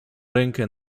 rękę